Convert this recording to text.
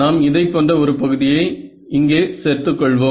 நாம் இதை போன்ற ஒரு பகுதியை இங்கே சேர்த்துக் கொள்வோம்